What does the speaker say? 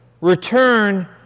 return